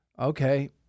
okay